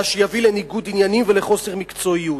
מה שיביא לניגוד עניינים ולחוסר מקצועיות.